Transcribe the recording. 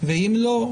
ואם לא,